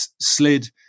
slid